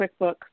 QuickBooks